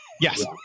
Yes